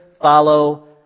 follow